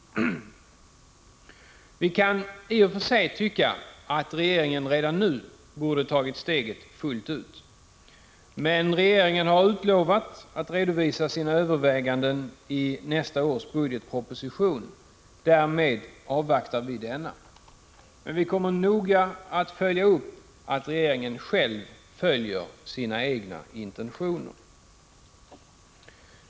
Vi kan i och för sig tycka att regeringen redan nu borde ha tagit steget fullt ut. Men regeringen har utlovat att den skall redovisa sina överväganden i nästa års budgetproposition. Därför avvaktar vi denna. Men vi kommer noga att följa upp att regeringen följer sina egna intentioner.